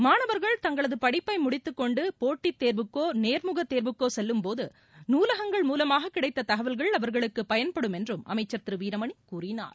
மாணவர்கள் தங்களது படிப்பை முடித்துக் கொண்டு போட்டித் தேர்வுக்கோ நேர்முகத் தேர்வுக்கோ செல்லும் போது நூலகங்கள் மூலமாக கிடைத்த தகவல்கள் அவர்களுக்கு பயன்படும் என்றும் அமைச்சர் திரு வீரமணி கூறினார்